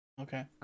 Okay